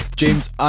James